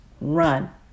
run